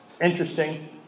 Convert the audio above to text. interesting